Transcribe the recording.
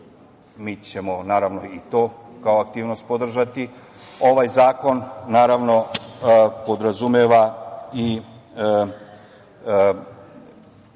mi ćemo, naravno to kao aktivnost podržati. Zakon naravno podrazumeva i